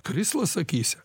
krislas akyse